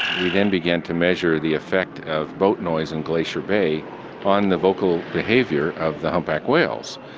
we then began to measure the effect of boat noise in glacier bay on the vocal behaviour of the humpback whales,